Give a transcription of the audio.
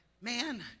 man